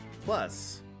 Plus